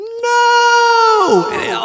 no